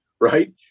Right